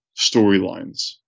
storylines